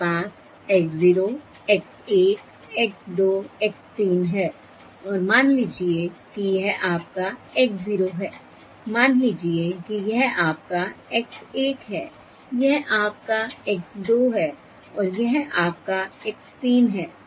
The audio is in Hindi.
मेरे पास x 0 x 1 x 2 x 3 है और मान लीजिए कि यह आपका x 0 है मान लीजिए कि यह आपका x 1 है यह आपका x 2 है और यह आपका x 3 है